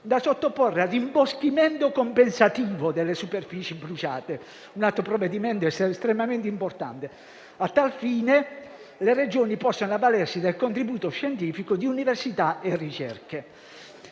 da sottoporre a rimboschimento compensativo delle superfici bruciate: si tratta di un altro provvedimento estremamente importante. A tal fine, le Regioni possono avvalersi del contributo scientifico di università e ricerca.